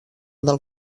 del